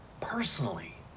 personally